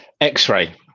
x-ray